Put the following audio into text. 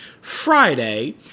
Friday